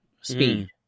speed